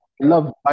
love